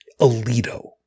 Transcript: Alito